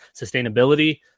sustainability